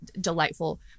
delightful